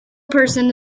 person